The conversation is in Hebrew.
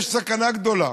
יש סכנה גדולה